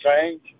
change